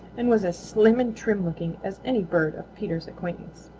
and was as slim and trim looking as any bird of peter's acquaintance.